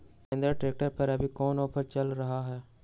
Mahindra tractor पर अभी कोन ऑफर चल रहा है?